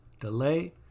delay